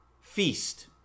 feast